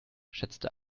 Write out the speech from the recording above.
schätzte